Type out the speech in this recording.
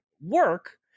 work